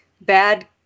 Bad